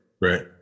Right